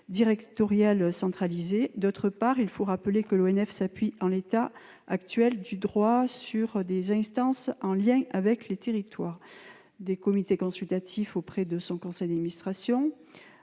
directorial centralisé. D'autre part, il faut rappeler que l'ONF s'appuie déjà sur des instances en lien avec les territoires : des comités consultatifs, auprès de son conseil d'administration